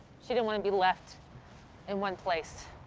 she didn't wanna be left in one place.